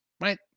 right